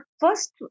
first